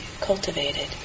cultivated